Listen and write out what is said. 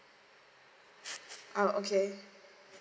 oh okay